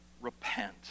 repent